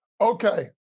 Okay